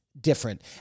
different